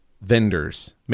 vendors